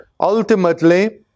Ultimately